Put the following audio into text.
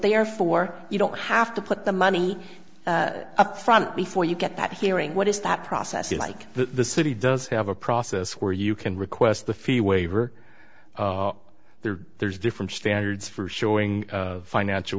therefore you don't have to put the money upfront before you get that hearing what is that process like the city does have a process where you can request the fee waiver there there's different standards for showing financial